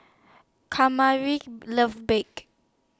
Kamari loves Baked